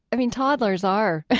i mean toddlers are